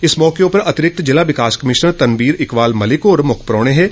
इस मौके उप्पर अतिरिक्त जिला विकास कमीशनर तनवीर इकबाल मलिक होर मुक्ख परौहने हे